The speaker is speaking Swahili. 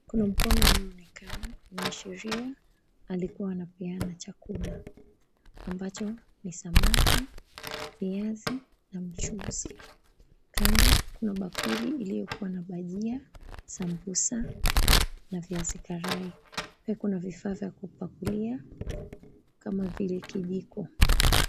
Kuna mkono unaonekana kushiria alikua anapeana chakula ambacho ni samaki, viazi na mchuzi .Kando kuna bakuli iliyokuwa na bajia, sambusa na viazi karai. Pia kuna vifaa vya kupakulia kama vile kijiko.